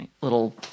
little